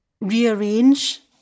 rearrange